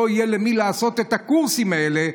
לא יהיה למי לעשות את הקורסים האלה,